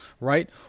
right